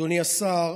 אדוני השר,